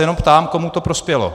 Jenom se ptám, komu to prospělo.